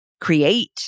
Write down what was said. create